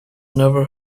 never